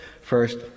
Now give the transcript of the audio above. First